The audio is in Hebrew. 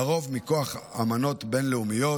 לרוב מכוח אמנות בין-לאומיות,